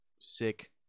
Sick